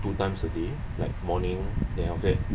two times a day like morning then after that